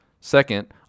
Second